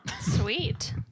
Sweet